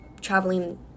traveling